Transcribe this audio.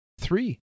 Three